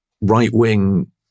right-wing